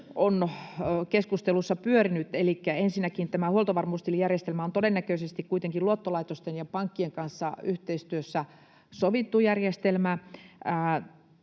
on keskusteluissa pyörinyt. Elikkä ensinnäkin tämä huoltovarmuustilijärjestelmä on todennäköisesti kuitenkin luottolaitosten ja pankkien kanssa yhteistyössä sovittu järjestelmä.